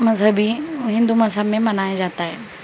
مذہبی ہندو مذہب میں منایا جاتا ہے